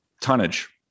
Tonnage